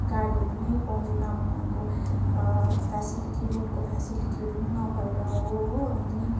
गाडीहरू नै पाउँदैन अब उनीहरूको फेसिलिटी रोडको फेसिलिटीहरू पनि नभएर हो हो अनि